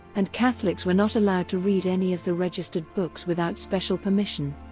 and catholics were not allowed to read any of the registered books without special permission.